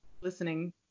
listening